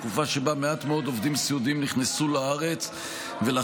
תקופה שבה מעט מאד עובדי סיעוד זרים נכנסו לארץ ולכן